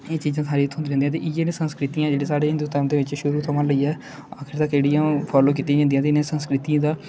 एह् चीजां सारियां थ्होंदी रौंह्दियां ते इ'यै ते संस्कृतियां ऐ जेह्ड़ियां साढ़े हिंदू धरम दे बिच्च शुरू थमां लेइयै आखिर तक जेह्ड़ियां ओह् फालो कीती जंदी ऐ ते इ'नें संस्कृतियें दा